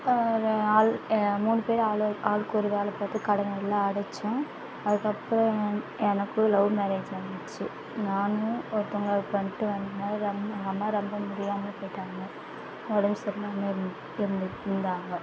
ஆள் மூணு பேர் ஆள் ஆளுக்கு ஒரு வேலை பார்த்து கடனை எல்லாம் அடைச்சோம் அதுக்கப்புறம் வந்து எனக்கும் லவ் மேரேஜ் ஆனுச்சு நானும் ஒருத்தவங்களை லவ் பண்ணிகிட்டு வந்தேன் எங்கள் அம்மா ரொம்ப முடியாமல் போயிவிட்டாங்க உடம்பு சரி இல்லாமல் இரு இருந்து இருந்தாங்க